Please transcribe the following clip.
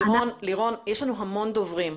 לירון, יש לנו המון דוברים.